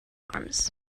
arms